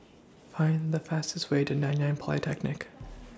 Find The fastest Way to Nanyang Polytechnic